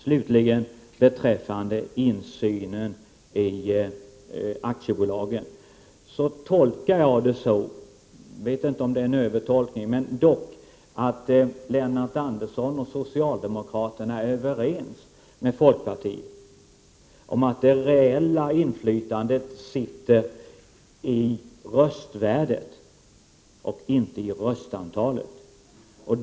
Slutligen vill jag beträffande insynen i aktiebolagen göra den tolkningen — jag vet inte om det är en övertolkning — att Lennart Andersson och socialdemokraterna är överens med folkpartiet om att det reella inflytandet sitter i röstvärdet och inte i röstantalet.